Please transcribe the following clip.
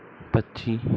ਪੱਚੀ